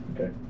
Okay